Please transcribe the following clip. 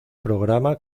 programa